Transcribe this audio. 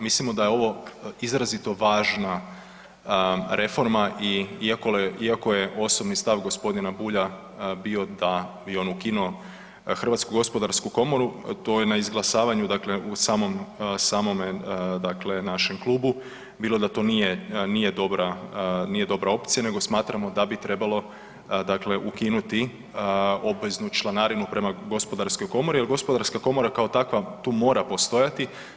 Mislimo da je ovo izrazito važna reforma iako je osobni stav gospodina Bulja bio da bi on ukinuo Hrvatsku gospodarsku komoru, to je na izglasavanju dakle u samome našem Klubu bilo to nije dobra opcija, nego smatramo da bi trebalo dakle ukinuti obveznu članarinu prema Gospodarskoj komori jer Gospodarska komora kao takva tu mora postojati.